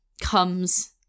comes